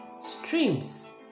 streams